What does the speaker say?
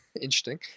interesting